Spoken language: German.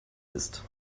ist